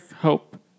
hope